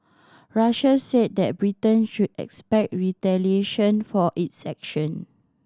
Russia said that Britain should expect retaliation for its action